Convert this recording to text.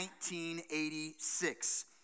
1986